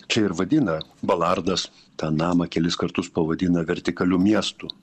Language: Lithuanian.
čia ir vadina balardas tą namą kelis kartus pavadina vertikaliu miestu